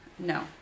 No